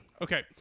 Okay